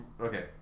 okay